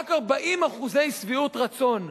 רק 40% הביעו שביעות רצון.